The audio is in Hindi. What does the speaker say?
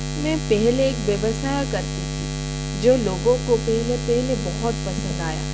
मैं पहले एक व्यवसाय करती थी जो लोगों को पहले पहले बहुत पसंद आया